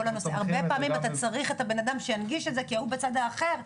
הרבה פעמים אתה צריך בן אדם שינגיש את זה כי ההוא בצד האחר,